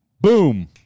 Boom